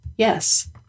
yes